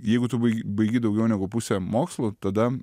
jeigu tu baig baigi daugiau negu pusę mokslų tada